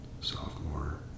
sophomore